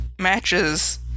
matches